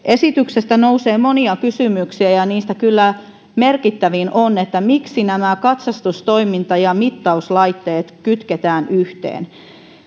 esityksestä nousee monia kysymyksiä ja niistä kyllä merkittävin on miksi katsastustoiminta ja mittauslaitteet kytketään yhteen